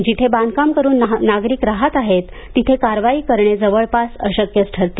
जिथे बांधकाम करून नागरिक राहात आहेत तिथे कारवाई करणे जवळपास अशक्यच ठरते